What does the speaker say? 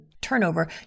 turnover